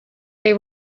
they